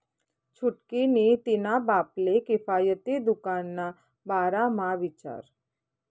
छुटकी नी तिन्हा बापले किफायती दुकान ना बारा म्हा विचार